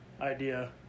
idea